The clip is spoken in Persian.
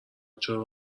چرا